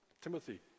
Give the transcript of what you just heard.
Timothy